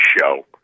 show